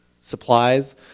supplies